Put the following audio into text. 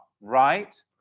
right